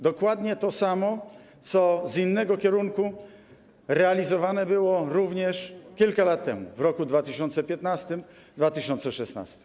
Dokładnie to samo, co z innego kierunku realizowane było również kilka lat temu, w roku 2015 i 2016.